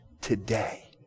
today